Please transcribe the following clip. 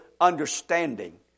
understanding